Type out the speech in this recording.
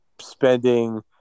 spending